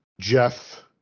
Jeff